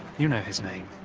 you know his name.